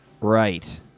Right